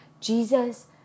Jesus